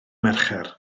mercher